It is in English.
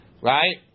Right